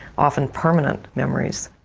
often permanent memories.